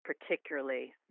particularly